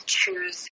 choose